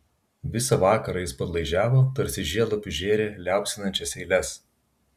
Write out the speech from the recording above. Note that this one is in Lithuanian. visą vakarą jis padlaižiavo tarsi žiedlapius žėrė liaupsinančias eiles